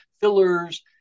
fillers